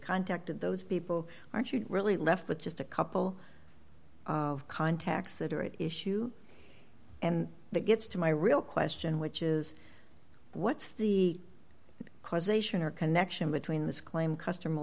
contacted those people aren't you really left with just a couple of contacts that are at issue and that gets to my real question which is what's the causation or connection between this claim customer